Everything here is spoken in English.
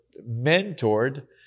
mentored